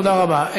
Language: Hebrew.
תודה רבה.